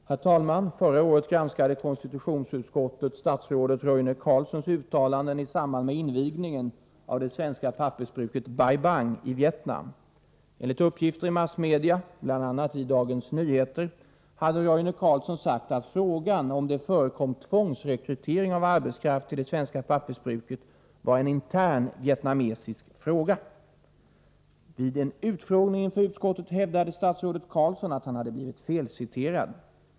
Arbetskraft till bi Herr talman! Förra året granskade konstitutionsutskottet statsrådet Roine = ståndsprojektet Bai Carlssons uttalanden i samband med invigningen av det svenska pappersbru = Bang ket Bai Bang i Vietnam. Enligt uppgifter i massmedia, bl.a. i Dagens Nyheter, hade Roine Carlsson sagt att frågan om det förekom tvångsrekrytering av arbetskraft till det svenska pappersbruket var en intern vietnamesisk fråga. Vid en utfrågning inför utskottet hävdade statsrådet Carlsson att han hade blivit felciterad.